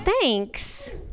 Thanks